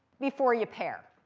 before you pair.